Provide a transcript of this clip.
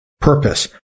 Purpose